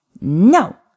No